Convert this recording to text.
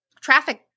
traffic